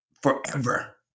forever